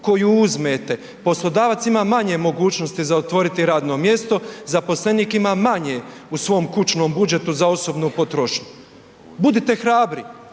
koju uzmete poslodavac ima manje mogućnosti za otvoriti radno mjesto, zaposlenik ima manje u svom kućnom budžetu za osobnu potrošnju. Budite hrabri,